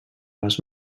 les